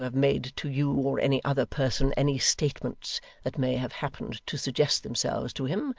and to have made to you or any other person any statements that may have happened to suggest themselves to him,